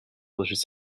religious